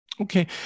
Okay